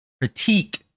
critique